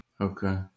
Okay